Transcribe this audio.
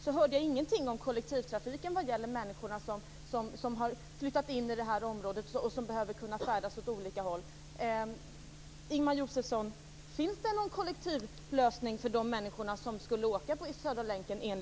Jag hörde ingenting om kollektivtrafiken vad gäller människorna som har flyttat in i det här området och som behöver kunna färdas åt olika håll.